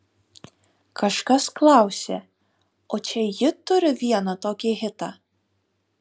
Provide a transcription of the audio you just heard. kažkas klausė o čia ji turi vieną tokį hitą